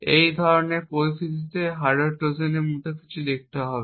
এই ধরনের পরিস্থিতিতে হার্ডওয়্যার ট্রোজান এই মত কিছু দেখতে হবে